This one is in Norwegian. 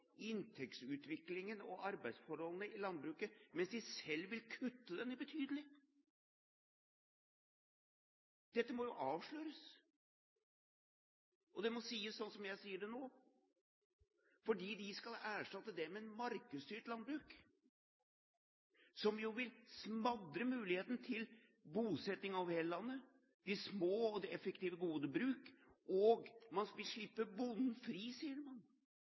inntektsutviklingen og arbeidsforholdene i landbruket, mens de selv vil kutte betydelig i den. Dette må jo avsløres, og det må sies sånn som jeg sier det nå, for de skal erstatte det med et markedsstyrt landbruk, som jo vil smadre muligheten til bosetting over hele landet og de små og effektive, gode bruk. Man vil slippe bonden fri, sier